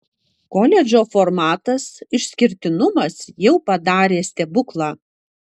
koledžo formatas išskirtinumas jau padarė stebuklą